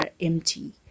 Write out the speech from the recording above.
empty